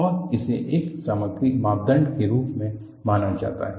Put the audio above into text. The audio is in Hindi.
और इसे एक सामग्री मापदंड के रूप में माना जाता है